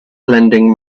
lending